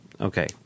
Okay